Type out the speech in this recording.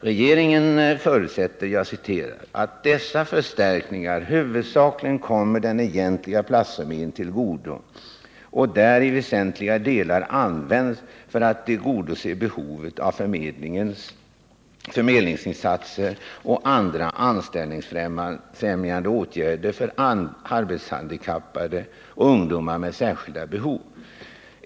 Regeringen förutsätter ”att dessa förstärkningar huvudsakligen kommer den egentliga platsförmedlingen till godo och där i väsentliga delar används för att tillgodse behovet av förmedlingsinsatser och andra anställningsfrämjande åtgärder för arbetshandikappade och ungdomar med särskilda behov”.